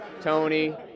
Tony